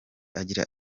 agira